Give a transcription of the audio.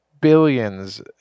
billions